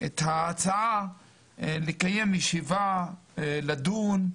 את ההצעה לקיים ישיבה, לדון,